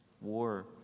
war